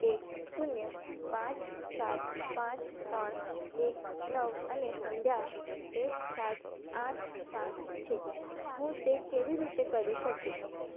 એક શૂન્ય પાંચ સાત પાંચ ત્રણ એક નવ અને સંધ્યા એક નવ આઠ સાત છે હું તે કેવી રીતે કરી શકું